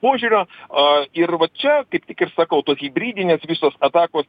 požiūrio a ir va čia kaip tik ir sakau tos hibridinės visos atakos